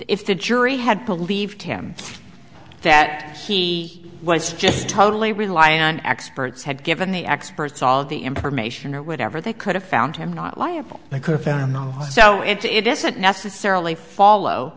if the jury had believed him that he was just totally rely on experts had given the experts all the information or whatever they could have found him not liable so it doesn't necessarily follow